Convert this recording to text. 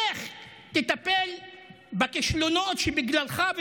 לך תטפל בכישלונות שבגללך,